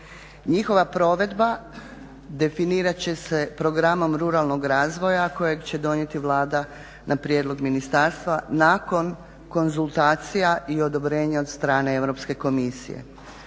Njihova provedba definirat će se programom ruralnog razvoja kojeg će donijeti Vlada na prijedlog ministarstva nakon konzultacija i odobrenja od strane Europske komisije.